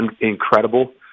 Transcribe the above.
incredible